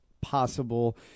possible